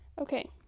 Okay